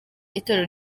itorero